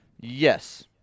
Yes